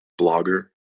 blogger